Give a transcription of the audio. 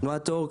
תנועת אור,